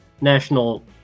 national